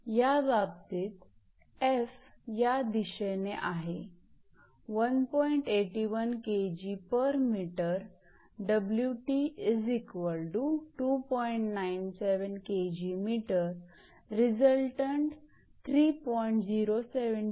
याबाबतीत 𝐹 या दिशेने आहे रिजल्टटंट 3